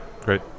great